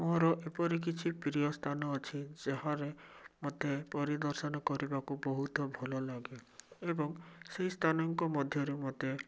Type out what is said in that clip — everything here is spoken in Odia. ମୋର ଏପରି କିଛି ପ୍ରିୟ ସ୍ଥାନ ଅଛି ଯାହାରେ ମୋତେ ପରିଦର୍ଶନ କରିବାକୁ ବହୁତ ଭଲ ଲାଗେ ଏବଂ ସେହି ସ୍ଥାନଙ୍କ ମଧ୍ୟରେ ମୋତେ